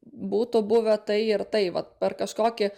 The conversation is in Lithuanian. būtų buvę tai ir tai vat per kažkokį